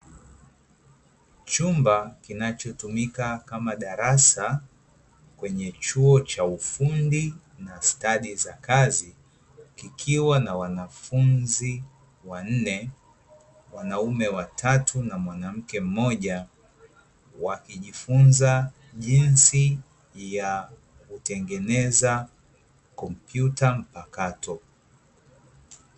Chumba kinachotumika kama darasa kwenye chuo cha ufundi na stadi za kazi kikiwa na wanafunzi wanne, wanaume watatu na mwanamke mmoja wakijifunza jinsi ya kutengeneza kompyuta mpakato.